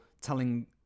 telling